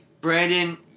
Brandon